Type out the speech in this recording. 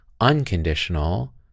unconditional